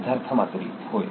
सिद्धार्थ मातुरी होय